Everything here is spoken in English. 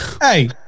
Hey